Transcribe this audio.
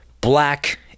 black